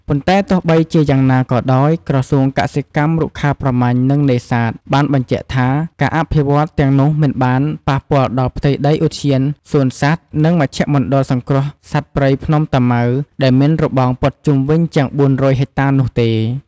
ប៉ុន្តែទោះបីជាយ៉ាងណាក៏ដោយ ក្រសួងកសិកម្ម រុក្ខាប្រមាញ់ និងនេសាទបានបញ្ជាក់ថា ការអភិវឌ្ឍន៍ទាំងនោះមិនបានប៉ះពាល់ដល់ផ្ទៃដីឧទ្យានសួនសត្វ និងមជ្ឈមណ្ឌលសង្គ្រោះសត្វព្រៃភ្នំតាម៉ៅ ដែលមានរបងព័ទ្ធជុំវិញជាង ៤០០ ហិកតា នោះទេ។